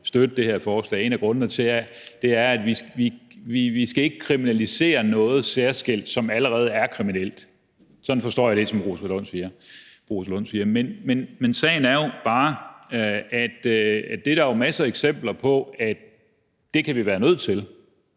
støtte det her forslag, er, at vi ikke skal kriminalisere noget særskilt, som allerede er kriminelt. Sådan forstår jeg det, som fru Rosa Lund siger. Men sagen er jo bare, at det er der masser af eksempler på at vi kan være nødt til